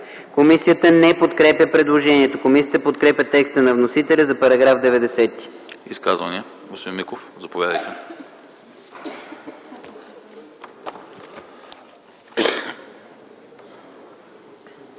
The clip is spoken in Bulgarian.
Комисията не подкрепя предложението. Комисията подкрепя текста на вносителя за § 90.